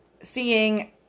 seeing